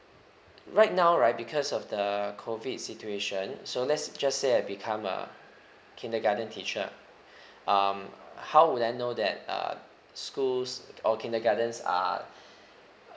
right now right because of the COVID situation so let's just say I become a kindergarten teacher um how would I know that uh schools or kindergartens are